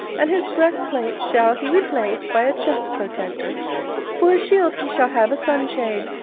and his breastplate shall he replace by a chest-protector for a shield he shall have a sunshade,